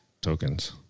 tokens